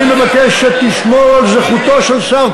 אני מבקש שתשמור על זכותו של שר,